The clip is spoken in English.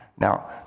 Now